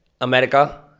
America